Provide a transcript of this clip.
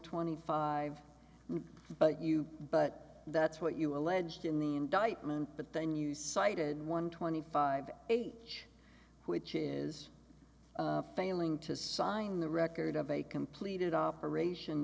twenty five but you but that's what you alleged in the indictment but then you cited one twenty five age which is failing to sign the record of a completed operation